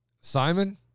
Simon